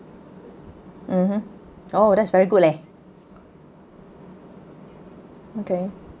mmhmm oh that's very good leh okay